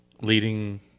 leading